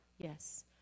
yes